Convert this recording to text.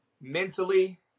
mentally